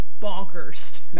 bonkers